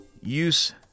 use